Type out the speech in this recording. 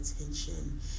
attention